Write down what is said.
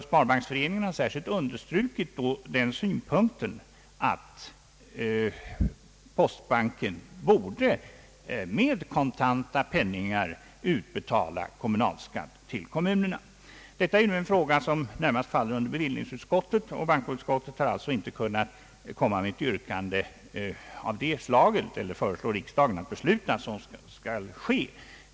Sparbanksföreningen har särskilt understrukit synpunkten att postbanken borde med kontanta penningar utbetala kommunalskatt till kommunerna. Detta är en fråga som närmast faller under bevillningsutskottet, och vi har därför i bankoutskottet inte kunnat komma med något yrkande att bankoutskottet skulle föreslå riksdagen att besluta att så skall ske.